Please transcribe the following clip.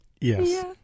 Yes